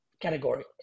category